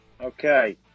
Okay